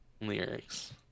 lyrics